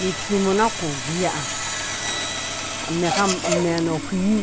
Ni tsu mɔ na kɔ guyaha amɛka amɛnɔ whii